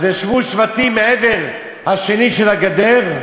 אז ישבו שבטים מהעבר השני של הגדר,